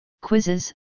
quizzes